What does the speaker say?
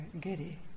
giddy